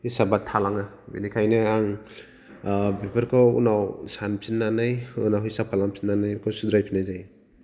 हिसाबा थालाङो बिनिखायनो आं ओ बेफोरखौ उनाव सानफिननानै उनाव हिसाब खालामफिननानै दसे समजायफिननाय जायो